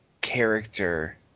character